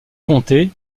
comté